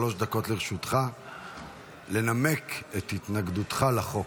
שלוש דקות לרשותך לנמק את התנגדותך לחוק.